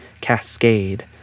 cascade